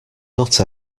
not